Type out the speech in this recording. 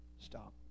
stop